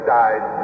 died